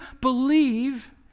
Believe